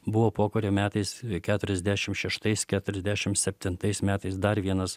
buvo pokario metais keturiasdešim šeštais keturiasdešim septintais metais dar vienas